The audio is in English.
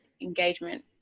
engagement